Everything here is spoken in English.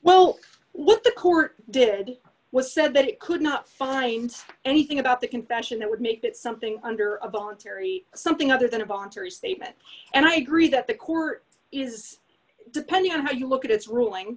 what the court did was said that it could not find anything about the confession that would make that something under a voluntary something other than a voluntary statement and i agree that the court is depending on how you look at its ruling